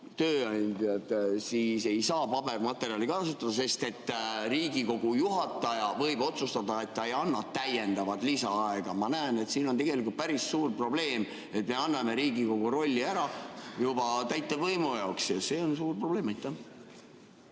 ei saa pabermaterjali kasutada, sest Riigikogu juhataja võib otsustada, et ta ei anna lisaaega. Ma näen, et siin on tegelikult päris suur probleem: me anname Riigikogu rolli ära juba täitevvõimu jaoks. Ja see on suur probleem.